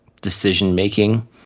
decision-making